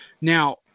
Now